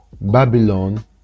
Babylon